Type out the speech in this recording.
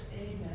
Amen